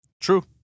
True